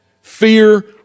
Fear